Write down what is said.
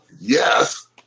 yes